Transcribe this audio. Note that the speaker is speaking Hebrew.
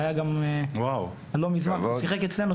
שיחק אצלנו,